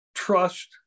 trust